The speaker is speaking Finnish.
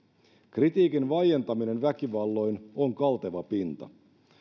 kritiikin vaientaminen väkivalloin on kalteva pinta